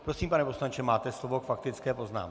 Prosím, pane poslanče, máte slovo k faktické poznámce.